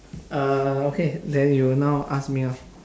uh okay then you now ask me lor